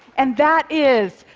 and that is,